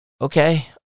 Okay